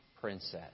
princess